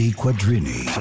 quadrini